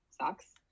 sucks